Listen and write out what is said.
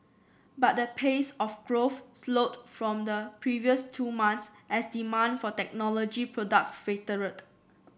but the pace of growth slowed from the previous two months as demand for technology products faltered